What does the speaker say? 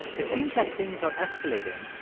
it seems like things are escalating,